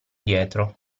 dietro